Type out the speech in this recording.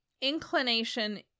inclination